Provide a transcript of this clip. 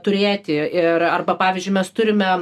turėti ir arba pavyzdžiui mes turime